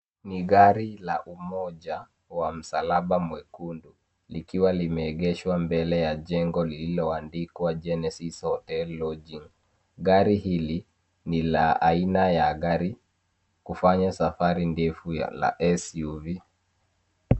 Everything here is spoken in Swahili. Ni gari la umoja wa msalaba mwekundu, likiwa limeegeshwa mbele ya jengo lililoandikwa Genesis Hotel Lodging. Gari hili ni la aina ya gari kufanya safari ndefu la SUV.